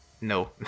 no